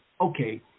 okay